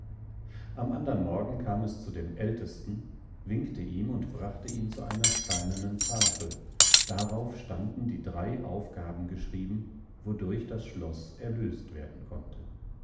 am andern morgen kam es zu dem ältesten winkte ihm und brachte ihn zu einer steinernen tafel darauf standen die drei aufgaben geschrieben wodurch das schloß erlöst werden konnte